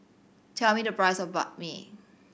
tell me the price of Banh Mi